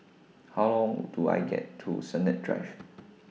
How Long Do I get to Sennett Drive